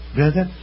Brother